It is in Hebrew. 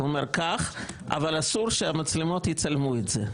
הוא אמר "קח, אבל אסור שהמצלמות יצלמו את זה".